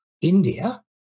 India